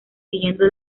siguiendo